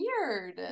weird